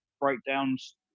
breakdowns